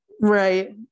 Right